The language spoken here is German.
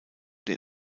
den